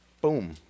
Boom